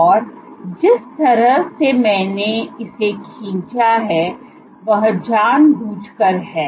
और जिस तरह से मैंने इसे खींचा है वह जानबूझकर है